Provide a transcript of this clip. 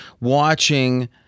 watching